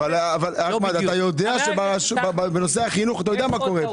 אבל אתה יודע מה קורה בנושא החינוך.